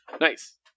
Nice